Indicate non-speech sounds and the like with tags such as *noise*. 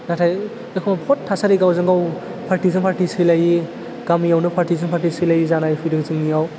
नाथाय एखनबा बुहुत थासारि गावजों गाव पार्टिजों पार्टि सैलायि गामियावनो पार्टिजों पार्टि सैलाययि जानाय फैदों जोंनियाव *unintelligible*